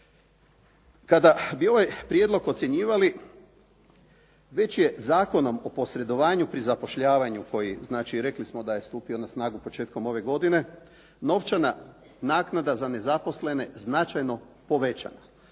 Kada bi ovaj prijedlog ocjenjivali već je Zakonom o posredovanju pri zapošljavanju koji znači rekli smo da je stupio na snagu početkom ove godine novčana naknada za nezaposlene značajno povećana.